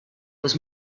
was